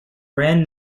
brand